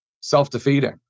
self-defeating